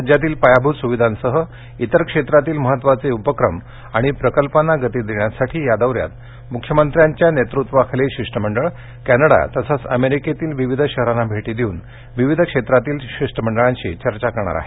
राज्यातील पायाभूत सुविधांसह इतर क्षेत्रातील महत्त्वाचे उपक्रम आणि प्रकल्पांना गती देण्यासाठी या दौऱ्यात मुख्यमंत्र्यांच्या नेतृत्वाखालील शिष्टमंडळ कॅनडा तसच अमेरिकेतील विविध शहरांना भेटी देऊन विविध क्षेत्रातील शिष्टमंडळांशी चर्चा करणार आहेत